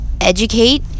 Educate